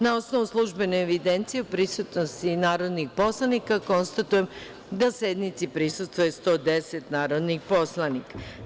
Na osnovu službene evidencije o prisutnosti narodnih poslanika, konstatujem da sednici prisustvuje 110 narodnih poslanika.